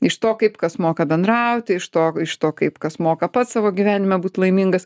iš to kaip kas moka bendrauti iš to iš to kaip kas moka pats savo gyvenime būt laimingas